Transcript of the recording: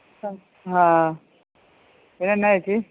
ആ പിന്നെ എന്നാ ചേച്ചി